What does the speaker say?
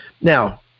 Now